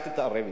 אל תתערב אתי.